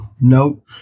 No